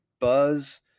buzz